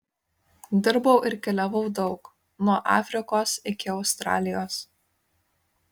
dirbau ir keliavau daug nuo afrikos iki australijos